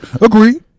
Agree